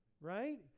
right